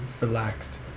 relaxed